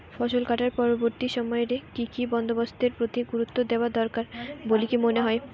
ফসলকাটার পরবর্তী সময় রে কি কি বন্দোবস্তের প্রতি গুরুত্ব দেওয়া দরকার বলিকি মনে হয়?